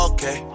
Okay